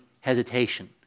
hesitation